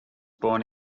born